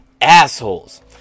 assholes